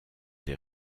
des